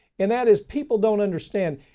and that is people don't understand.